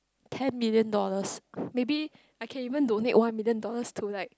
ten million dollars maybe I can even donate one million dollars to like